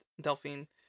Delphine